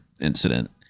incident